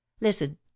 Listen